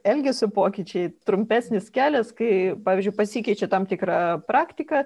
elgesio pokyčiai trumpesnis kelias kai pavyzdžiui pasikeičia tam tikra praktika